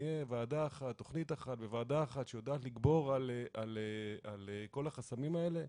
תהיה תכנית אחת בוועדה אחת שיודעת לגבור על כל החסמים האלה?